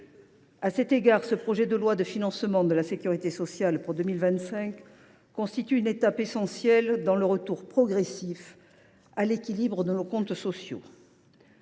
À cet égard, le projet de loi de financement de la sécurité sociale pour 2025 constitue une étape essentielle dans le retour progressif à l’équilibre de nos comptes sociaux.